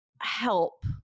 help